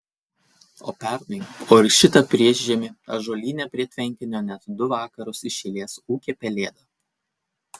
o pernai o ir šitą priešžiemį ąžuolyne prie tvenkinio net du vakarus iš eilės ūkė pelėda